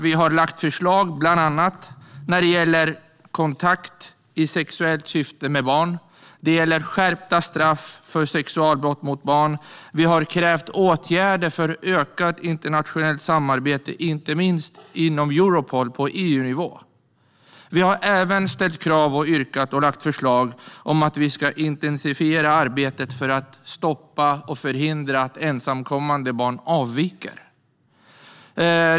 Vi har lagt fram förslag bland annat när det gäller kontakt i sexuellt syfte med barn. Det gäller skärpta straff för sexualbrott mot barn. Vi har krävt åtgärder för ökat internationellt samarbete, inte minst inom Europol på EU-nivå. Vi har även ställt krav på, yrkat på och lagt fram förslag om att vi ska intensifiera arbetet för att förhindra att ensamkommande barn avviker.